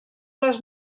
les